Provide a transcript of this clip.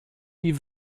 die